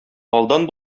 алдан